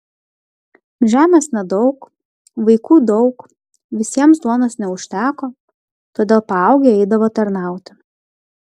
žemės nedaug vaikų daug visiems duonos neužteko todėl paaugę eidavo tarnauti